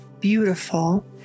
beautiful